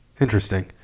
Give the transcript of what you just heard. Interesting